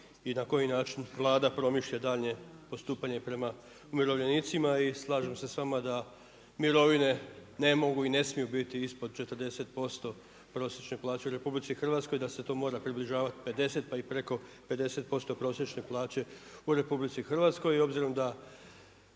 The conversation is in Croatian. i na koji način Vlada promišlja daljnje postupanje prema umirovljenicima. I slažem se sa vama da mirovine ne mogu i ne smiju biti ispod 40% prosječne plaće u RH, da se to mora približavati 50 pa i preko 50% prosječne plaće u RH. I obzirom da